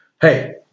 Hey